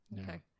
Okay